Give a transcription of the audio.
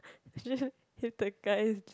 with the guy